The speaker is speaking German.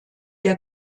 der